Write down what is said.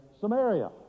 Samaria